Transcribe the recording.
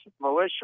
militia